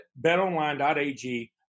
betonline.ag